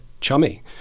chummy